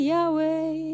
Yahweh